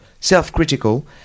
Self-critical